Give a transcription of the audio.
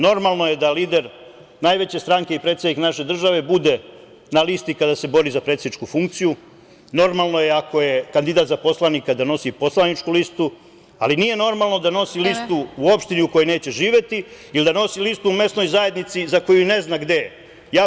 Normalno je da lider najveće stranke i predsednik naše države bude na listi kada se bori za predsedničku funkciju, normalno je kandidat za poslanika da nosi poslaničku listu, ali nije normalno da nosi listu u opštini u kojoj neće živeti ili da nosi listu u mesnoj zajednici za koju ni ne zna gde je.